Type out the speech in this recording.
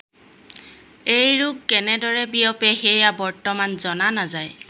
এই ৰোগ কেনেদৰে বিয়পে সেয়া বৰ্তমান জনা নাযায়